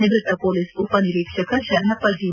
ನಿವ್ವತ್ತ police ಉಪನಿರೀಕ್ಷಕ Sharanappa G